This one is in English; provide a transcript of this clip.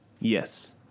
Yes